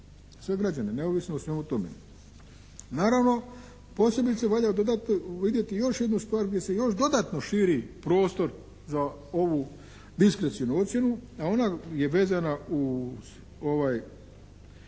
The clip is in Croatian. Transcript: sve građane neovisno o svemu tome. Naravno posebice valja vidjeti još jednu stvar gdje se još dodatno širi prostor za ovu diskrecionu ocjenu, a onda je vezana uz ovaj